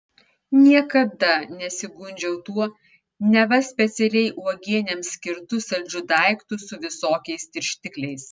niekada nesigundžiau tuo neva specialiai uogienėms skirtu saldžiu daiktu su visokiais tirštikliais